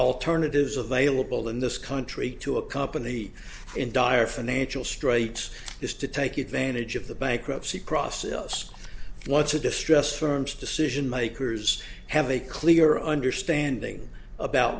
alternatives available in this country to a company in dire financial straits is to take advantage of the bankruptcy process what's a distressed firms decision makers have a clear understanding about